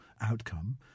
outcome